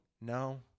No